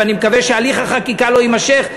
ואני מקווה שהליך החקיקה לא יימשך.